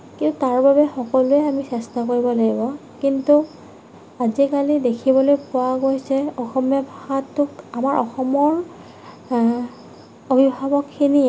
তাৰ বাবে সকলোৱে আমি চেষ্টা কৰিব লাগিব কিন্তু আজিকালি দেখিবলৈ পোৱা গৈছে অসমীয়া ভাষাটোক আমাৰ অসমৰ অভিভাৱকখিনিয়ে